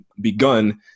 begun